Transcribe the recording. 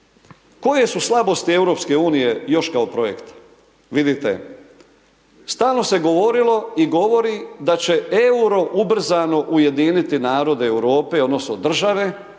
koje su slabosti EU, još kao projekt? Vidite, stalno se govorilo i govori da će euro ubrzano ujediniti narode Europe, odnosno, države